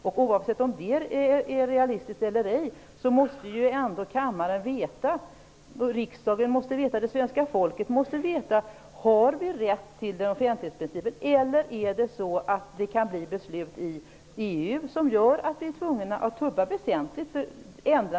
Oavsett om det är realistiskt eller ej måste ändå riksdagen och det svenska folket få veta om vi har rätt till offentlighetsprincipen eller om EU kan fatta beslut som gör att vi väsentligt måste rubba på offentlighetsprincipen.